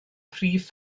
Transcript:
prif